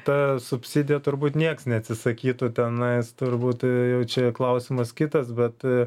ta subsidija turbūt nieks neatsisakytų tenais turbūt jau čia klausimas kitas bet